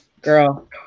girl